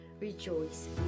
Rejoice